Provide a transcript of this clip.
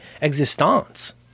existence